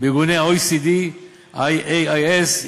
ב-OECD וב-IAIS.